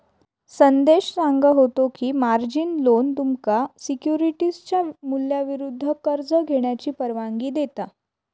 संदेश सांगा होतो की, मार्जिन लोन तुमका सिक्युरिटीजच्या मूल्याविरुद्ध कर्ज घेण्याची परवानगी देता